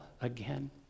again